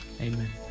amen